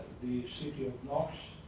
the city of knox,